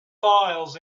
files